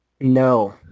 No